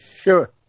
Sure